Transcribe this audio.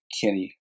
Kenny